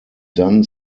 done